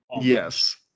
Yes